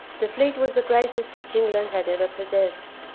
the fleet was the greatest which england had ever possessed.